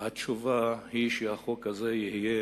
שהתשובה היא שהמצב יהיה